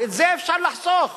את זה אפשר לחסוך